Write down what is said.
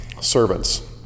servants